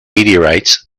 meteorites